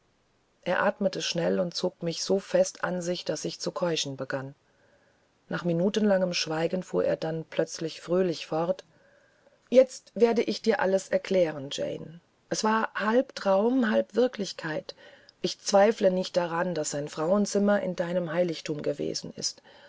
er atmete schnell und zog mich so fest an sich daß ich zu keuchen begann nach minutenlangem schweigen fuhr er dann plötzlich fröhlich fort jetzt werde ich dir alles erklären jane es war halb traum halb wirklichkeit ich zweifle nicht daran daß ein frauenzimmer in deinem heiligtum gewesen und